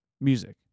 music